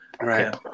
Right